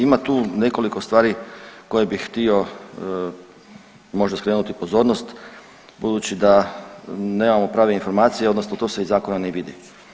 Ima tu nekoliko stvari koje bi htio možda skrenuti pozornost budući da nemamo prave informacije, odnosno to se iz Zakona ne vidi.